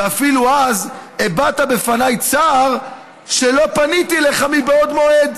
ואפילו אז הבעת בפניי צער על שלא פניתי אליך מבעוד מועד,